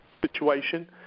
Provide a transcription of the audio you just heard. situation